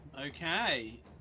Okay